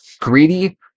greedy